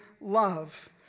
love